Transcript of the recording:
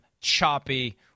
choppy